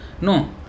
No